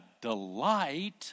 delight